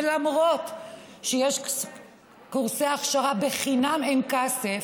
ולמרות שיש קורסי הכשרה בחינם אין כסף